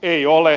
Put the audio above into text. ei ole